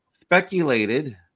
speculated